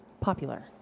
popular